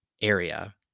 area